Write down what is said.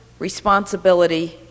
responsibility